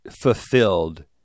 fulfilled